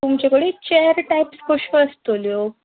तुमचे कडेन chair type कश्यो आसतल्यो